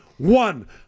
One